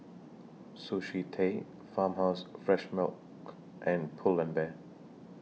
Sushi Tei Farmhouse Fresh Milk and Pull and Bear